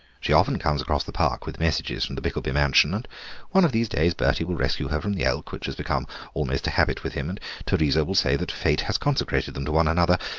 she often comes across the park with messages from the bickelby mansion, and one of these days bertie will rescue her from the elk, which has become almost a habit with him, and teresa will say that fate has consecrated them to one another.